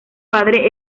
padre